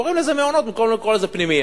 קוראים לזה "מעונות" במקום לקרוא לזה "פנימייה",